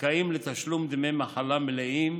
זכאים לתשלום דמי מחלה מלאים